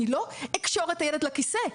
אני לא אקשור את הילד לכיסא,